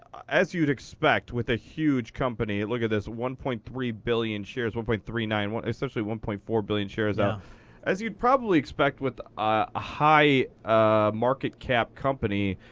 as you'd expect, with a huge company, look at this, one point three billion shares, one point three nine, essentially one point four billion shares. um as you'd probably expect with ah a high ah market cap company.